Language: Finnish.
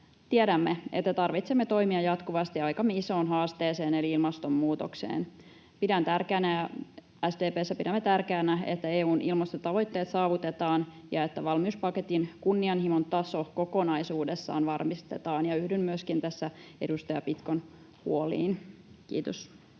Tiedämme, että tarvitsemme toimia jatkuvasti aikamme isoon haasteeseen eli ilmastonmuutokseen. Pidän tärkeänä — ja SDP:ssä pidämme tärkeänä — että EU:n ilmastotavoitteet saavutetaan ja että valmiuspaketin kunnianhimon taso kokonaisuudessaan varmistetaan. Ja yhdyn tässä myöskin edustaja Pitkon huoliin. — Kiitos.